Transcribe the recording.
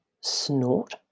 snort